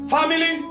Family